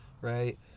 right